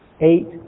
Eight